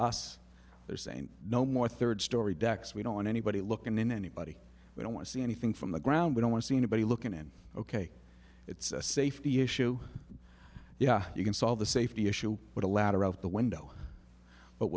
us they're saying no more third story decks we don't want anybody looking in anybody we don't want to see anything from the ground we don't want to see anybody looking in ok it's a safety issue yeah you can solve the safety issue but a ladder out the window but